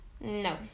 No